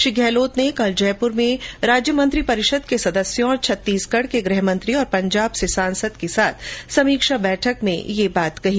श्री गहलोत ने कल जयपूर में राज्य मंत्रिपरिषद के सदस्यों तथा छत्तीसगढ़ के गृहमंत्री और पंजाब से सांसद के साथ समीक्षा बैठक में यह बात कही